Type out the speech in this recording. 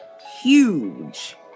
huge